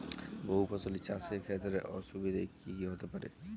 বহু ফসলী চাষ এর ক্ষেত্রে অসুবিধে কী কী হতে পারে?